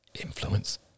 influence